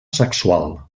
sexual